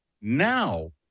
Now